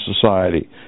society